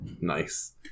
nice